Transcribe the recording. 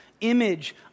image